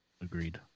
Agreed